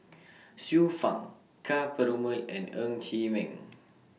Xiu Fang Ka Perumal and Ng Chee Meng